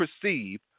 perceive